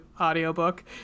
Audiobook